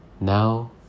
Now